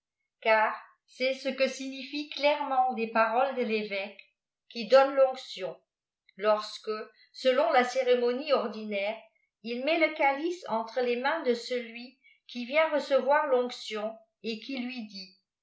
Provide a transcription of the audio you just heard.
car c'est ce que signifient clairement les paroles de réyequejqui donne l'onction lorsque selon lcérémonie prdinsiirjs il met le calice entre les raains de celui qii vient recevoir xr lion et qu'il lui dit